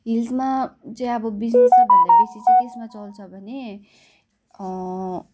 हिल्समा चाहिँ अब बिजनेस भन्दा बेसी चाहिँ कसमा चल्छ भने